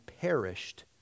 perished